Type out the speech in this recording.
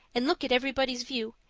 and look at everybody's view,